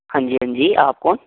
ਹਾਂਜੀ ਹਾਂਜੀ ਆਪ ਕੌਣ